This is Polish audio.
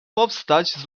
powstać